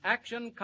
Action